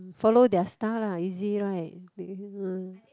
follow their style lah easy right